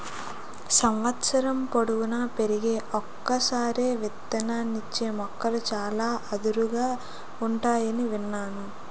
సంవత్సరం పొడువునా పెరిగి ఒక్కసారే విత్తనాలిచ్చే మొక్కలు చాలా అరుదుగా ఉంటాయని విన్నాను